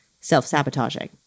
self-sabotaging